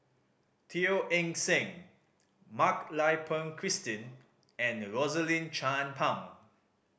Teo Eng Seng Mak Lai Peng Christine and Rosaline Chan Pang